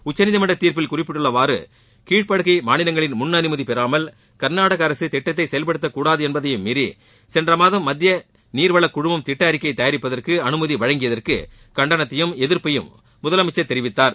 உச்சநீதிமன்ற தீர்ப்பில் குறிப்பிட்டுள்ளவாறு கீழ்ப்படுகை முன் அனுமதிபெறாமல் கா்நாடக அரசு திட்டத்தை செயல்படுத்தக்கூடாது என்பதையும் மீறி சென்ற மாதம் மத்திய நீர்வளக் குழுமம் திட்ட அறிக்கை தயாரிப்பதற்கு அனுமதி வழங்கியதற்கு கண்டனத்தையும் எதிர்ப்பையும் முதலமைச்சர் தெரிவித்தார்